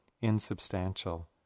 insubstantial